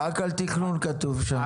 רק על תכנון כתוב שם.